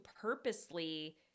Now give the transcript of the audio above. purposely